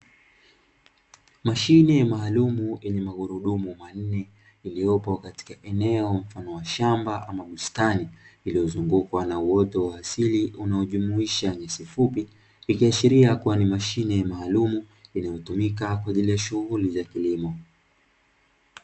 Mashine maalum yenye magurudumu manne iliyopo katika eneo mfano wa shamba ama bustani iliyozungukwa na uwoto wa asili unaojumuisha fupi ikiashiria kuwa ni mashine maalumu, inayotumika kwenye lile shughuli za kilimo.